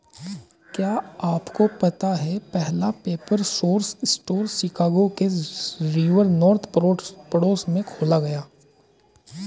क्या आपको पता है पहला पेपर सोर्स स्टोर शिकागो के रिवर नॉर्थ पड़ोस में खोला गया?